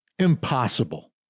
Impossible